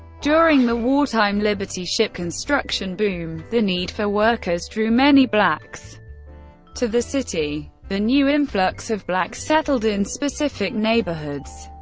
during the war-time liberty ship construction boom, the need for workers drew many blacks to the city. the new influx of blacks settled in specific neighborhoods,